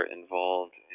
involved